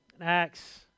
Acts